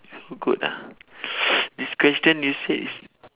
so good ah this question you say is